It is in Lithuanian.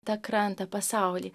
tą krantą pasaulį